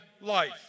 life